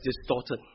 distorted